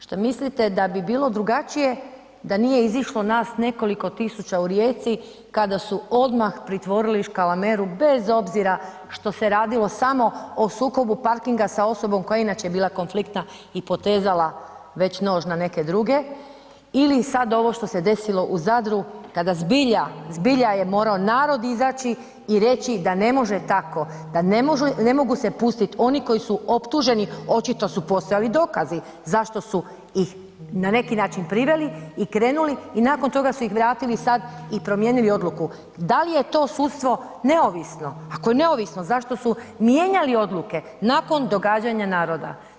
Što mislite da bi bilo drugačije da nije izišlo nas nekoliko tisuća u Rijeci kada su odmah pritvorili Škalameru bez obzira što se radilo samo o sukobu parkinga sa osobom koja je inače bila konfliktna i potezala već nož na neke druge ili sad ovo što se sad desilo u Zadru kada zbilja, zbilja je moro narod izaći i reći da ne može tako, da ne može, ne mogu se pustit oni koji su optuženi, očito su postojali dokazi zašto su ih na neki način priveli i krenuli i nakon toga su ih vratili sad i promijenili odluku, dal je to sudstvo neovisno, ako je neovisno zašto su mijenjali odluke nakon događanja naroda?